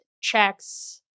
checks